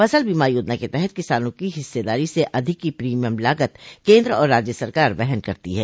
फसल बीमा योजना के तहत किसानों की हिस्सेदारी से अधिक की प्रीमियम लागत केन्द्र और राज्य सरकार वहन करती हैं